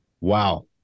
Wow